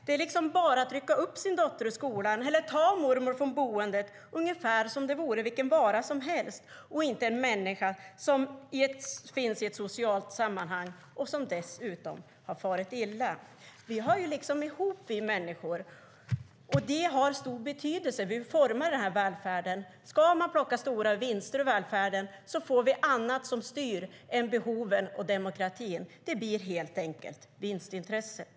Det är liksom bara att rycka upp sin dotter ur skolan eller ta mormor från boendet, ungefär som det vore vilken vara som helst och inte en människa som finns i ett socialt sammanhang och som dessutom har farit illa. Vi hör liksom ihop, vi människor, och det har stor betydelse när vi formar välfärden. Ska man plocka stora vinster ur välfärden blir det annat som styr än behoven och demokratin. Det blir helt enkelt vinstintresset.